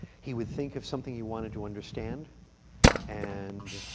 he would think of something he wanted to understand and